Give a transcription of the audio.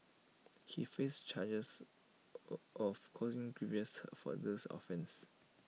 he faced charges of causing grievous hurt for these offence